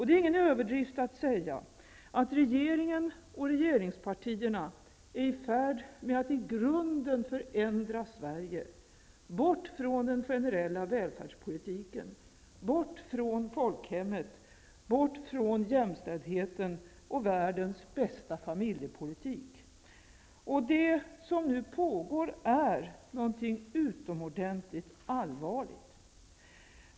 Det är ingen överdrift att säga att regeringen och regeringspartierna är i färd med att i grunden förändra Sverige: bort från den generella välfärdspolitiken, bort från folkhemmet, bort från jämställdheten och världens bästa familjepolitik. Det som nu pågår är någonting utomordentligt allvarligt.